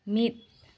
ᱢᱤᱫ